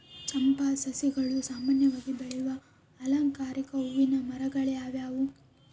ಚಂಪಾ ಸಸ್ಯಗಳು ಸಾಮಾನ್ಯವಾಗಿ ಬೆಳೆಯುವ ಅಲಂಕಾರಿಕ ಹೂವಿನ ಮರಗಳಾಗ್ಯವ